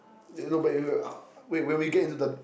there's no buyer if you wait wait we get into the